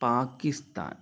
Pakistan